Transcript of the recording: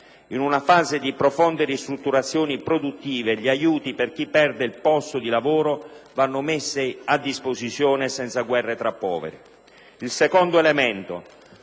in una fase di profonde ristrutturazioni produttive gli aiuti per chi perde il posto di lavoro vanno messi a disposizione senza guerre tra poveri. In secondo luogo,